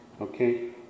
Okay